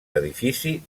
edifici